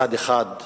מצד אחד,